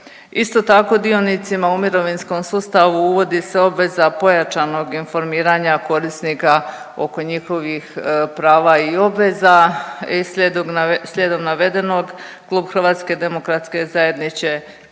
Isto tako, dionicima u mirovinskom sustavu uvodi se obveza pojačanog informiranja korisnika oko njihovih prava i obveza i slijedom navedenog, Klub HDZ-a će podržati predmetne